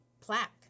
plaque